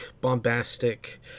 bombastic